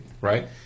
right